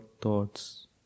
thoughts